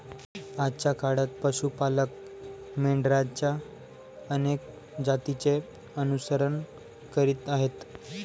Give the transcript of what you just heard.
आजच्या काळात पशु पालक मेंढरांच्या अनेक जातींचे अनुसरण करीत आहेत